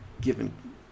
given